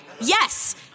Yes